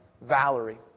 Valerie